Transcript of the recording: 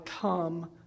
come